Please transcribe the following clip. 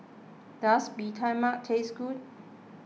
does Bee Tai Mak taste good